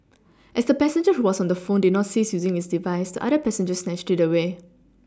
as the passenger who was on the phone did not cease using his device the other passenger snatched it away